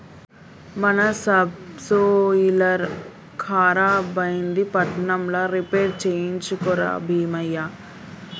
మన సబ్సోయిలర్ ఖరాబైంది పట్నంల రిపేర్ చేయించుక రా బీమయ్య